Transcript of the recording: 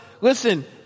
listen